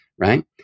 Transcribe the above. Right